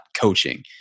coaching